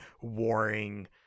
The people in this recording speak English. warring